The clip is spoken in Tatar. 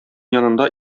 янында